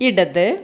ഇടത്